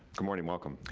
good morning, welcome.